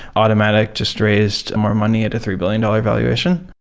automatic just raised more money at a three billion dollars valuation.